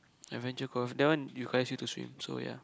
Adventure-Cove that one requires you to swim so ya